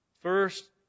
First